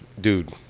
dude